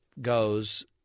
goes